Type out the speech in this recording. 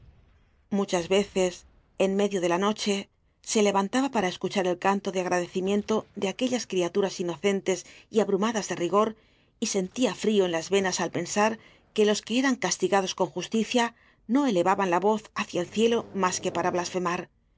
muchas veces en medio de la noche se levantaba para escuchar el canto de agradecimiento de aquellas criaturas inocentes y abrumadas de rigor y sentia frio en las venas al pensar que los que eran castigados con justicia no elevaban la voz hácia el cielo mas que para blasfemar